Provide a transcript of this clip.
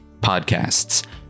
podcasts